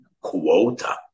quota